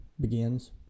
begins